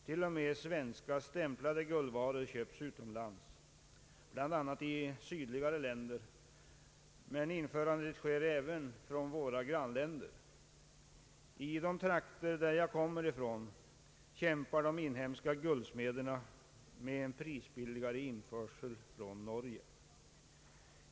T.o.m. svenska stämplade guldvaror köps utomlands, bl.a. i sydligare länder, men införs även från våra grannländer. I de trakter jag kommer ifrån kämpar de inhemska guldsmederna med en prisbilligare införsel från Norge.